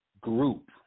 group